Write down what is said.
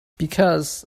because